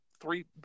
three